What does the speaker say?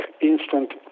instant